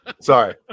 Sorry